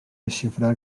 desxifrar